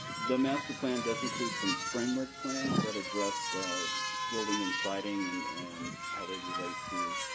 the master plan does include some framework plans that address building and siting, and and how they relate to